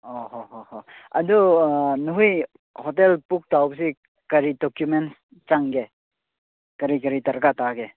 ꯑꯣ ꯍꯣꯏ ꯍꯣꯏ ꯍꯣꯏ ꯑꯗꯨ ꯅꯣꯏ ꯍꯣꯇꯦꯜ ꯕꯨꯛ ꯇꯧꯕꯁꯤ ꯀꯔꯤ ꯗꯣꯀꯨꯃꯦꯟ ꯆꯪꯒꯦ ꯀꯔꯤ ꯀꯔꯤ ꯗꯔꯀꯥꯔ ꯇꯥꯒꯦ